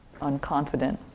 unconfident